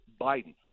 Biden